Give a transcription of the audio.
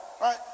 right